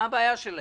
מה הבעיה שלהם?